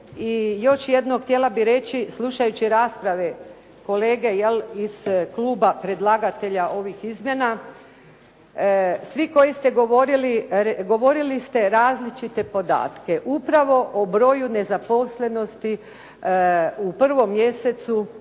još jedno htjela bih reći, slušajući rasprave kolege jel' iz kluba predlagatelja ovih izmjena, svi koji ste govorili, govorili ste različite podatke. Upravo o broju nezaposlenosti u prvom mjesecu